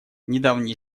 недавние